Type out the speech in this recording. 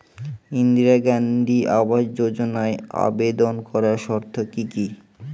ইন্দিরা গান্ধী আবাস যোজনায় আবেদন করার শর্ত কি কি?